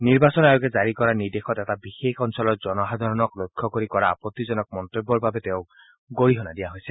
নিৰ্বাচন আয়োগে জাৰি কৰা নিৰ্দেশত এটা বিশেষ অঞ্চলৰ জনসাধাৰণক লক্ষ্য কৰি কৰা আপত্তিজনক মন্তব্যৰ বাবে তেওঁক গৰিহণা দিয়া হৈছে